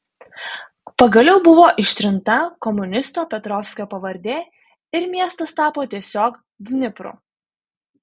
pagaliau buvo ištrinta komunisto petrovskio pavardė ir miestas tapo tiesiog dnipru